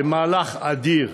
זה מהלך אדיר.